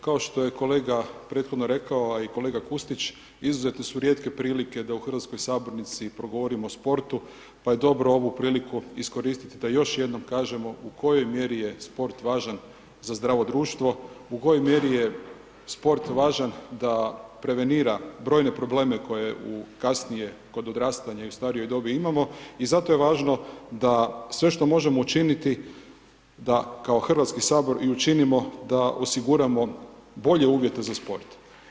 Kao što je kolega prethodno rekao, a i kolega Kustić, izuzetno su rijetke prilike da u hrvatskoj Sabornici progovorimo o sportu, pa je dobro ovu priliku iskoristiti da još jednom kažemo u kojoj mjeri je sport važan za zdravo društvo? u kojoj mjeri je sport važan da prevenira brojne probleme koje u kasnije, kod odrastanja i u starijoj dobi imamo i zato je važno da sve što možemo učiniti da kao HS i učinimo da osiguramo bolje uvjete za sport.